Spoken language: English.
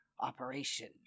operation